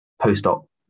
post-op